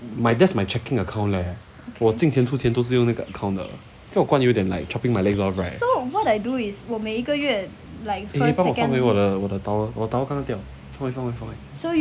my that's my checking account leh 我进钱出钱都是用那个 account 的叫我关有一点 like chopping my legs off right eh 帮我放回我的我的 towel 我 towel 刚掉放回放回放回